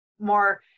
more